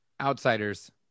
Outsiders